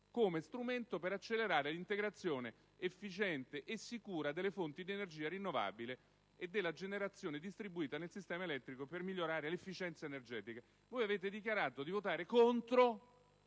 come strumento per accelerare l'integrazione efficiente e sicura delle fonti di energia rinnovabile e della generazione distribuita nel sistema elettrico e per migliorare l'efficienza energetica; a sostenere i lavori attualmente